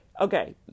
Okay